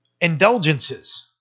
indulgences